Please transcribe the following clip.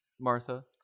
Martha